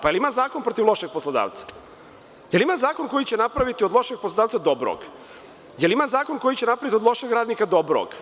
Da li ima zakon protiv lošeg poslodavca, da li ima zakon koji će napraviti od lošeg poslodavca dobrog, da li ima zakon koji će napravi od lošeg radnika dobrog?